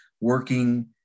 working